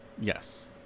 Yes